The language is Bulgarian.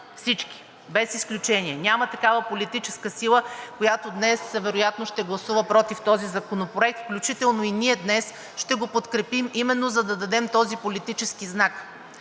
Всички без изключение! Няма такава политическа сила, която днес вероятно ще гласува против този законопроект, включително и ние днес ще го подкрепим, именно за да дадем този политически знак,